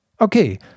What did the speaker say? Okay